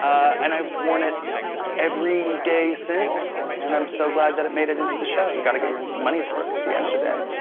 and i've worn it every day since and i'm so glad that it made it into the show. you gotta get your money's worth at the end of the day.